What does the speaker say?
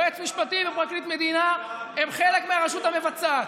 יועץ משפטי ופרקליט מדינה הם חלק מהרשות המבצעת,